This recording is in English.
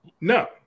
no